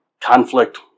Conflict